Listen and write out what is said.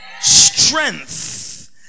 strength